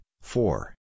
four